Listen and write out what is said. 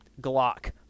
glock